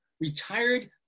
retired